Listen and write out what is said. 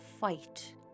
fight